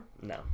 no